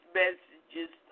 messages